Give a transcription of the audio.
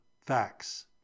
facts